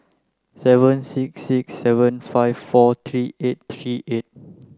seven six six seven five four three eight three eight